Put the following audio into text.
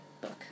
book